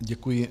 Děkuji.